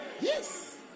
Yes